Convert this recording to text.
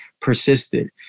persisted